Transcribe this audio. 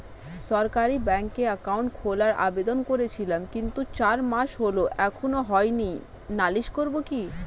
সরকারি ব্যাংকে একাউন্ট খোলার আবেদন করেছিলাম কিন্তু চার মাস হল এখনো হয়নি নালিশ করব কি?